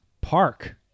park